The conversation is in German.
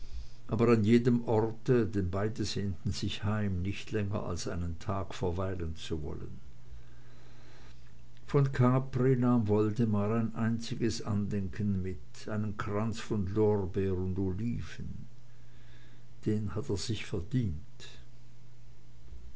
aber an jedem orte denn beide sehnten sich heim nicht länger als einen tag verweilen zu wollen von capri nahm woldemar ein einziges andenken mit einen kranz von lorbeer und oliven den hat er sich verdient